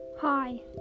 Hi